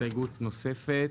הסתייגות נוספת,